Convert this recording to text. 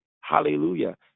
Hallelujah